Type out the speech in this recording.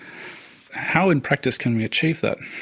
how in practice can we achieve that?